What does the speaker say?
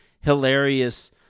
hilarious